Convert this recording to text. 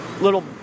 little